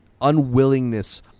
Unwillingness